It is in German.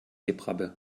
gebrabbel